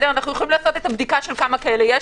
אנחנו יכולים לעשות בדיקה כמה כאלה יש,